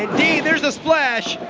there is the splash,